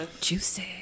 Juicy